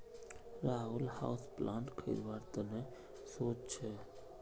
Rahul houseplant खरीदवार त न सो च छ